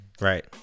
Right